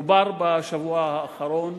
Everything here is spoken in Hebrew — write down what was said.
דובר בשבוע האחרון